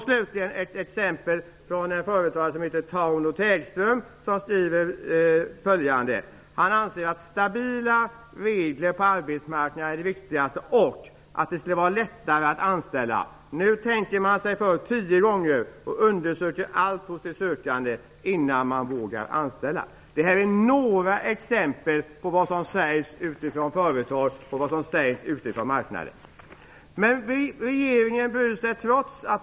Slutligen ett exempel från en företagare som skriver att han anser att stabila regler på arbetsmarknaden är det viktigaste och att det borde vara lättare att anställa. Nu tänker man sig för tio gånger och undersöker allt hos de sökande innan man vågar anställa. Det här är några exempel på vad som sägs från företagen och marknaden.